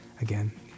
again